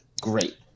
great